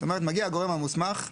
זאת אומרת, מגיע הגורם המוסמך שאומר: